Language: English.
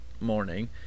morning